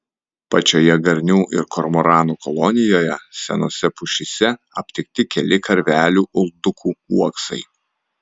pačioje garnių ir kormoranų kolonijoje senose pušyse aptikti keli karvelių uldukų uoksai